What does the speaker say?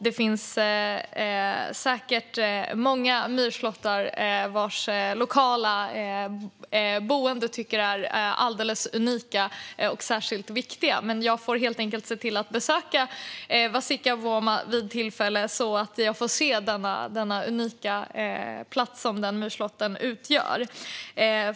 Det finns säkert många myrslåttrar som lokalbefolkningarna tycker är alldeles unika och särskilt viktiga. Jag får helt enkelt se till att besöka Vasikkavuoma vid tillfälle så att jag får se den unika plats som denna myrslåtter utgör.